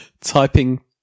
typing